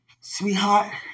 Sweetheart